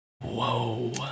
Whoa